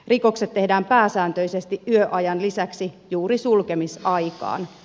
rikokset tehdään pääsääntöisesti yöajan lisäksi juuri sulkemisaikaan